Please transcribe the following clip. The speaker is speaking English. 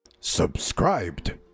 Subscribed